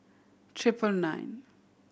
triple nine